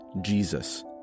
jesus